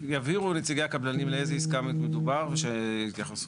יבהירו נציגי הקבלנים על איזו עסקה מדובר ושיתייחסו.